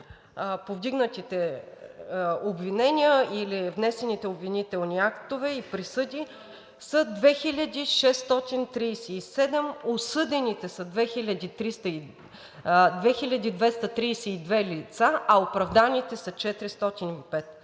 повдигнатите обвинения или внесените обвинителни актове и присъди са 2637, осъдените са 2232 лица, а оправданите са 405.